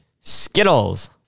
skittles